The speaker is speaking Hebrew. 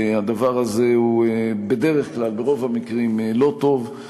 הדבר הזה הוא בדרך כלל, ברוב המקרים, לא טוב.